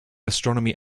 astronomy